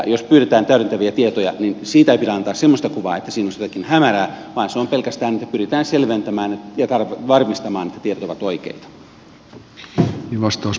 jos pyydetään täydentäviä tietoja niin siitä ei pidä antaa semmoista kuvaa että siinä olisi jotain hämärää vaan siinä pyritään pelkästään selventämään ja varmistamaan että tiedot ovat oikeita